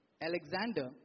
Alexander